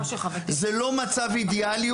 זה לא מצב אידיאלי,